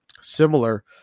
similar